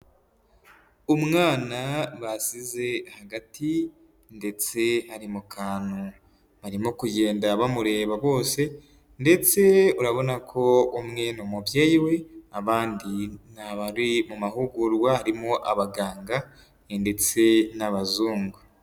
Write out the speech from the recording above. Umwana basize hagati ndetse ari mu kantu barimo kugenda bamureba bose ndetse urabona ko umwe ni umubyeyi we abandi ni abari mu mahugurwa, harimo abaganga ndetse n'abazungu.